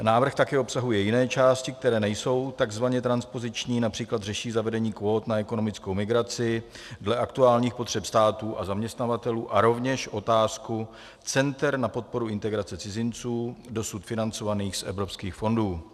Návrh také obsahuje jiné části, které nejsou takzvaně transpoziční, například řeší zavedení kvót na ekonomickou migraci dle aktuálních potřeb států a zaměstnavatelů a rovněž otázku center na podporu integrace cizinců dosud financovaných z evropských fondů.